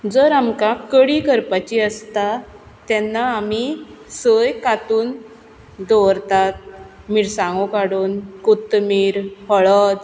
जर आमकां कडी करपाची आसता तेन्ना आमी सय कांतून दवरतात मिरसांगो काडून कोथंमीर हळद